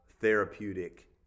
therapeutic